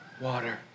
water